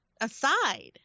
aside